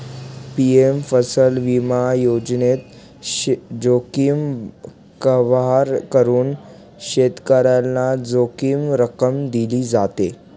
PM फसल विमा योजनेत, जोखीम कव्हर करून शेतकऱ्याला जोखीम रक्कम दिली जाते